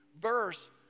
Verse